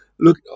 Look